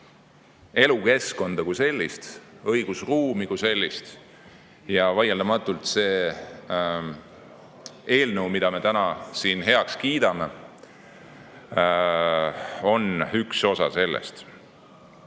elukeskkonda kui sellist, õigusruumi kui sellist. Ja vaieldamatult see eelnõu, mida me täna siin heaks kiidame, on üks osa sellest.